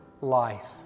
life